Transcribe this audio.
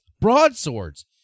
Broadswords